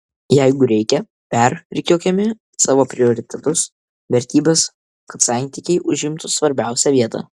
jeigu reikia perrikiuokime savo prioritetus vertybes kad santykiai užimtų svarbiausią vietą